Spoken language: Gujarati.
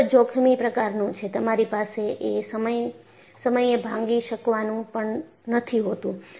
તે ખૂબ જ જોખમી પ્રકારનું છે તમારી પાસે એ સમયે ભાંગી શકવાનું પણ નથી હોતું